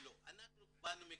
"אנחנו באנו מקוצ'ין".